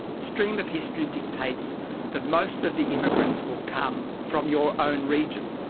the stream of history dictates that most of the immigrants will come from your own region.